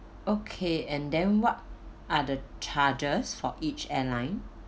okay and then what are the charges for each airline